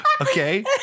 okay